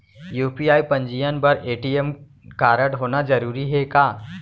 UPI पंजीयन बर ATM कारडहोना जरूरी हे का?